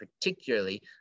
particularly